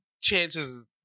chances